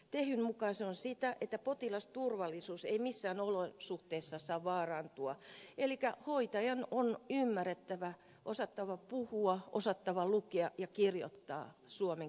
tehyn mukaan se on sitä että potilasturvallisuus ei missään olosuhteissa saa vaarantua elikkä hoitajan on ymmärrettävä osattava puhua osattava lukea ja kirjoittaa suomen kieltä